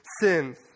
sins